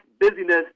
busyness